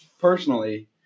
personally